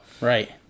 Right